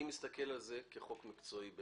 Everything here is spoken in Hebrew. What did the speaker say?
אני מסתכל על זה כחוק מקצועי.